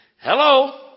Hello